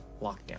lockdown